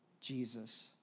Jesus